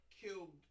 killed